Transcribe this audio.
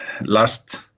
last